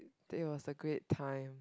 it was a great time